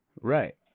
Right